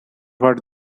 what